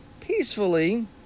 peacefully